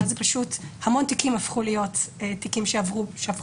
ואז המון תיקים הפכו להיות תיקים בחריגה.